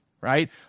right